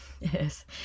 Yes